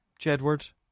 Jedward